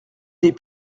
des